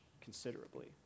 considerably